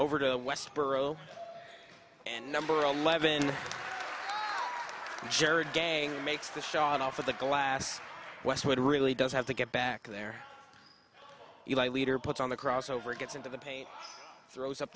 over to westborough and number eleven jared gang makes the shot off of the glass westwood really does have to get back their leader put on the cross over gets into the paint throws up